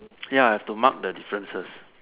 ya have to mark the differences